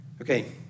Okay